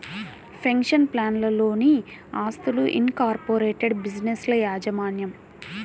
pension ప్లాన్లలోని ఆస్తులు, incorporated బిజినెస్ల యాజమాన్యం